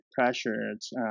pressures